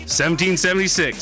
1776